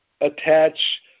attach